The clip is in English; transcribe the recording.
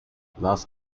last